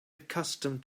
accustomed